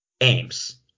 aims